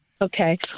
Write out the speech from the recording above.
okay